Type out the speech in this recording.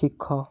ଶିଖ